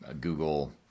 Google